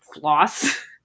floss